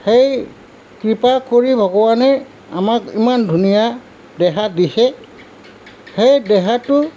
সেই কৃপা কৰি ভগৱানে আমাক ইমান ধুনীয়া দেহা দিছে সেই দেহাটো